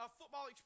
football